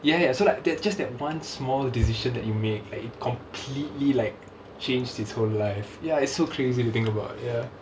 ya ya so like that just that one small decision that you made like it completely like changed his whole life ya it's so crazy to think about ya